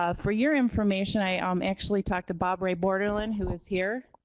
ah for your information i um actually talked to bobray bordelon who is here,